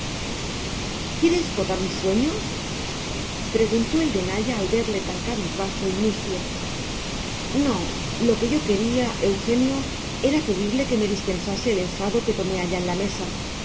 quiere escotar un sueño preguntó el de naya al verle tan cabizbajo y mustio no lo que yo quería eugenio era pedirle que me dispensase el enfado que tomé allá en la mesa